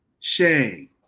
shame